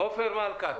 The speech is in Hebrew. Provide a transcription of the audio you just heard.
עופר מלכה,